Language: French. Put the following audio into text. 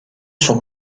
son